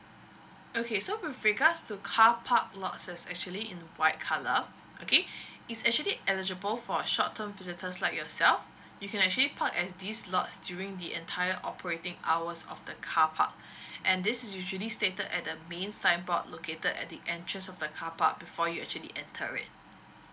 okay so with regards to carpark lots which is actually in white colour okay it's actually eligible for short term visitors like yourself you can actually park at these lots during the entire operating hours of the carpark and this is usually stated at the main signboard located at the entrance of the carpark before you actually enter it